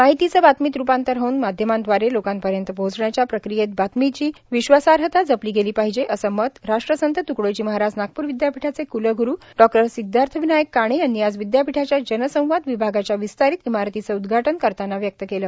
माहितीचे बातमीत रुपांतर होऊन माध्यमादवारे लोकांपर्यंत पोहोचण्याच्या प्रक्रियेत बातमीची विश्वासार्हता जपली गेली पाहिजे असं मत राष्ट्रसंत त्कडोजी महाराज नागप्र विद्यापीठाचे क्लग्रू डॉ सिद्धार्थविनायक काणे यांनी आज विद्यापीठाच्या जनसंवाद विभागाच्या विस्तारित इमारतीच उद्घाटन करताना व्यक्त केलं